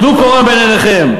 טלו קורה מבין עיניכם.